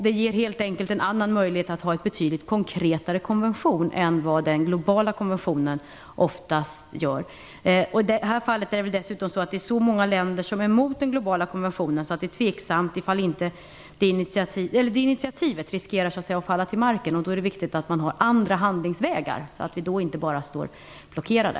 Det ger helt enkelt en annan möjlighet till en betydligt konkretare konvention är vad den globala konventionen oftast innebär. I detta fall är det dessutom så att det är så många länder som är emot den globala konventionen att det initiativet riskerar att falla till marken. Då är det viktigt att vi har andra handlingsvägar, så att vi inte står blockerade.